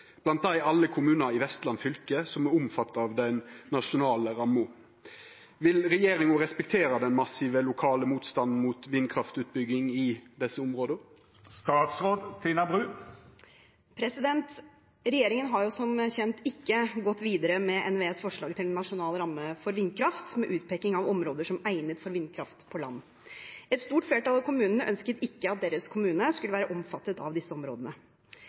alle kommunar i Vestland fylke som er omfatta av den nasjonale ramma. Vil regjeringa respektere den massive lokale motstanden mot vindkraftutbygging i desse områda?» Regjeringen har som kjent ikke gått videre med NVEs forslag til en nasjonal ramme for vindkraft med utpeking av områder som egnet for vindkraft på land. Et stort flertall av kommunene ønsket ikke at deres kommune skulle være omfattet av disse områdene.